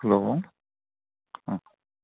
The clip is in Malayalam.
ഹലോ ആ